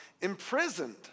Imprisoned